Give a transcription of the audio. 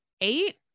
Eight